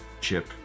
chip